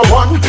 one